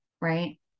right